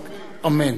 אמן.